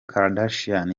kardashian